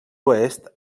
oest